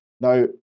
Now